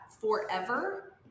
forever